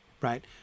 right